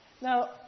Now